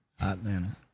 Atlanta